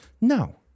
No